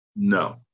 No